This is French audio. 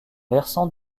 versant